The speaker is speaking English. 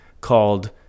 called